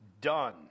done